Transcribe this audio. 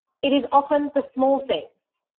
it is often the small things,